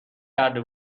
کرده